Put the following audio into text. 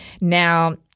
Now